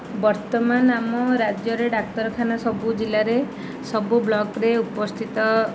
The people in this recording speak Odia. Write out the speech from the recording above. ବର୍ତ୍ତମାନ ଆମ ରାଜ୍ୟରେ ଡାକ୍ତରଖାନା ସବୁ ଜିଲ୍ଲାରେ ସବୁ ବ୍ଲକ୍ରେ ଉପସ୍ଥିତ